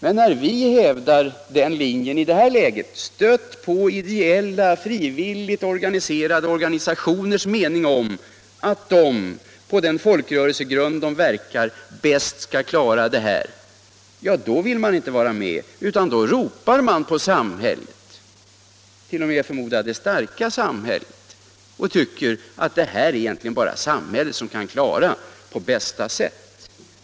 Men när vi hävdar den linjen i det här läget — stödda på ideella frivilliga organisationers mening — att dessa organisationer, på den folkrörelsegrund de har, bäst skall klara breddningen av idrotten, då vill ni inte vara med. Då ropar ni på samhället, t.o.m. —- förmodar jag — det starka samhället, och tycker att det egentligen bara är samhället som kan klara de här frågorna på ett bra sätt.